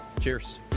Cheers